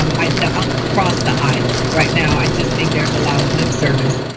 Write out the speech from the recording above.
um i and ah cross the aisle, right now, i just think there is a lot of lip service,